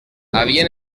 havien